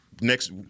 next